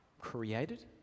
created